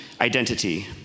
identity